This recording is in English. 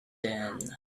din